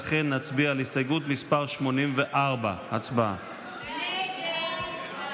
לכן נצביע על הסתייגות מס' 84. הצבעה.